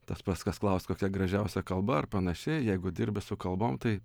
tas pats kas klaust kokia gražiausia kalba ar panašiai jeigu dirbi su kalbom tai